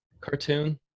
cartoon